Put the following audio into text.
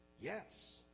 Yes